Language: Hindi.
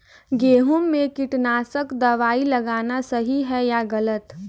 गेहूँ में कीटनाशक दबाई लगाना सही है या गलत?